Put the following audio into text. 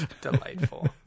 Delightful